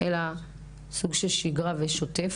אלא סוג של שגרה ושוטף,